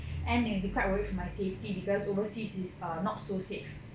and they will be quite worried for my safety because overseas is err not so safe